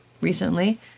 recently